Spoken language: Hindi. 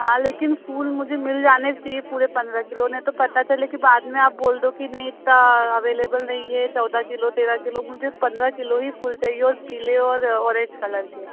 हाँ लेकिन फूल मुझे मिल जाने चाहिए पूरे पंद्रह किलो नहीं तो पता चले कि बाद में आप बोल दो कि नहीं इतना अवेलेबल नहीं है चौदह किलो तेरह किलो मुझे पन्द्रह किलो ही फूल चहिए और पीले और औरेंज कलर के